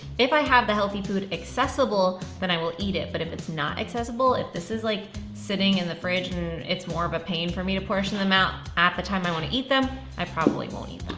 if i have the healthy food accessible, then i will eat it, but if it's not accessible, if this is like sitting in the fridge and it's more of a pain for me to portion them out at the time i want to eat them i probably won't eat